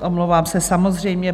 Omlouvám se, samozřejmě.